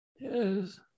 Yes